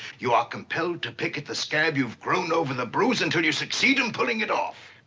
you are compelled to pick at the scab you've grown over the bruise until you succeed in pulling it off.